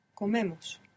Comemos